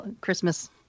Christmas